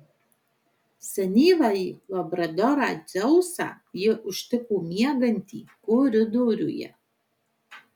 senyvąjį labradorą dzeusą ji užtiko miegantį koridoriuje